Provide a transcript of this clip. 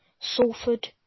Salford